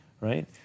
right